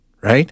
right